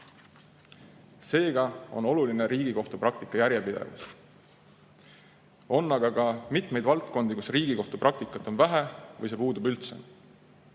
Seega on oluline Riigikohtu praktika järjepidevus. On aga ka mitmeid valdkondi, kus Riigikohtu praktikat on vähe või see puudub üldse.